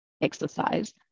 exercise